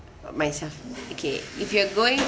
myself okay if you're going